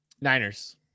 Niners